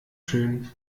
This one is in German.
schön